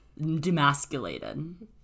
demasculated